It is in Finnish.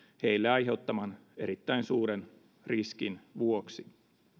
heille aiheuttaman erittäin suuren riskin vuoksi